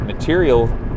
material